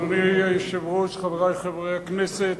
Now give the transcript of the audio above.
אדוני היושב-ראש, חברי חברי הכנסת,